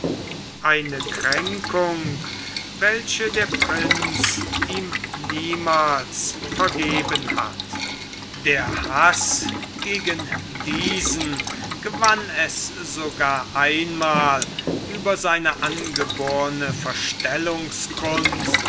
eine kränkung welche der prinz ihm niemals vergeben hat der haß gegen diesen gewann es sogar einmal über seine angeborne